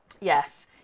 Yes